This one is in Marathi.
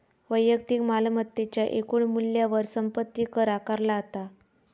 वैयक्तिक मालमत्तेच्या एकूण मूल्यावर संपत्ती कर आकारला जाता